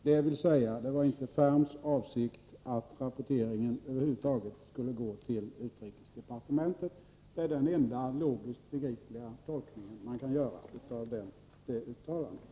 Det var sålunda inte Ferms avsikt att rapporteringen över huvud taget skulle föras vidare till utrikesdepartementet. Det är den enda logiskt begripliga tolkning man kan göra av hans uttalande.